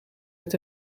het